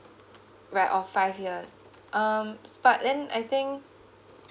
rate of five years um but then I think